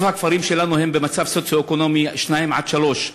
רוב הכפרים שלנו הם במצב סוציו-אקונומי 2 3,